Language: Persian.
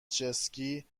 چسکی